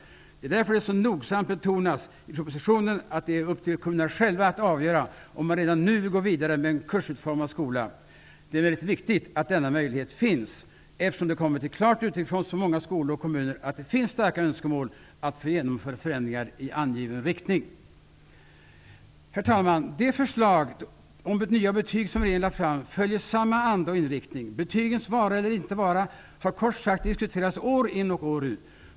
Det är därför det så nogsamt betonas i propositionen att det är upp till kommunerna själva att avgöra om man redan nu vill gå vidare mot en kursutformad skola. Det är emellertid viktigt att denna möjlighet finns, eftersom det kommit till klart uttryck från många skolor och kommuner att det finns starka önskemål om att få genomföra förändringar i angiven riktning. Herr talman! De förslag om nya betyg som regeringen lagt fram har tillkommit i samma anda och har samma inriktning. Betygens vara eller inte vara har kort sagt diskuterats år in och år ut.